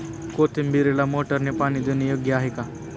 कोथिंबीरीला मोटारने पाणी देणे योग्य आहे का?